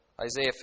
Isaiah